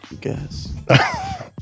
Guess